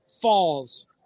falls